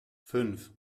fünf